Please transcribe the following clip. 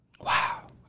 Wow